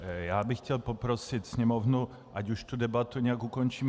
Já bych chtěl poprosit Sněmovnu, ať už tu debatu nějak ukončíme.